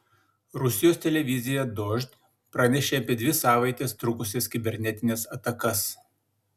rusijos televizija dožd pranešė apie dvi savaites trukusias kibernetines atakas